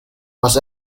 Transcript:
was